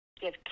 give